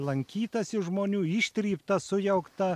lankytasi žmonių ištrypta sujaukta